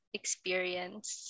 experience